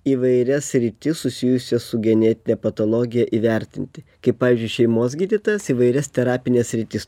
įvairias sritis susijusias su genetine patologija įvertinti kaip pavyzdžiui šeimos gydytojas įvairias terapines sritis